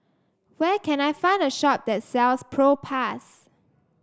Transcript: where can I find a shop that sells Propass